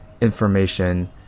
information